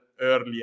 earlier